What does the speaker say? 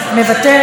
מוותרת,